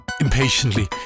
Impatiently